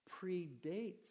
predates